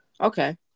Okay